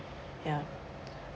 ya